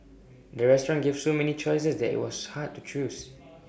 the restaurant gave so many choices that IT was hard to choose